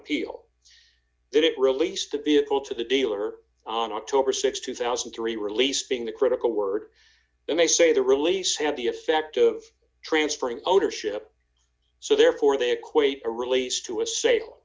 that it released the vehicle to the dealer on october th two thousand and three release being the critical word they may say the release had the effect of transferring ownership so therefore they equate a release to a sale